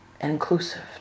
inclusive